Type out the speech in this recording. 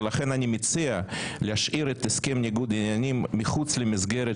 ולכן אני מציע להשאיר את הסכם ניגוד העניינים מחוץ למסגרת